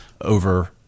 over